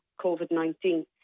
COVID-19